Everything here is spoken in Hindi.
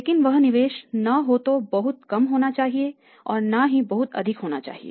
लेकिन वह निवेश न तो बहुत कम होना चाहिए और न ही बहुत अधिक होना चाहिए